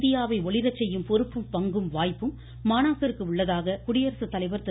இந்தியாவை ஒளிரச் செய்யும் பங்கும் உலக வாய்ப்பும் மாணாக்கருக்கு உள்ளதாக குடியரசு தலைவர் திரு